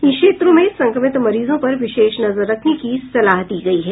इन क्षेत्रों में संक्रमित मरीजों पर विशेष नजर रखने की सलाह दी गयी है